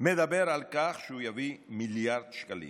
מדבר על כך שהוא יביא מיליארד שקלים.